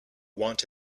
want